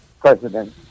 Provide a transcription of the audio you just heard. President